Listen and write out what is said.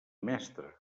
mestre